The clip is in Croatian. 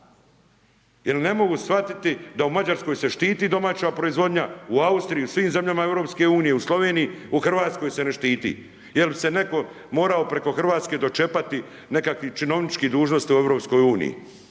jer ne mogu shvatit da u Mađarskoj se štiti domaća proizvodnja, u Austriji, u svim zemljama EU, u Sloveniji, u Hrvatskoj se ne štiti, jer bi se netko morao preko Hrvatske dočekati nekakvih činovničkih dužnosti u EU.